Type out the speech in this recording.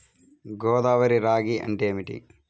గోదావరి రాగి అంటే ఏమిటి?